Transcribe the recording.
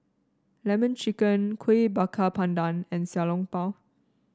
lemon chicken Kuih Bakar Pandan and Xiao Long Bao